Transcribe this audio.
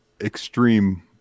extreme